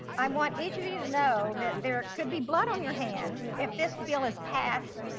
i want each of you to know that there could be blood on your hands if this bill is passed,